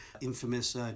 infamous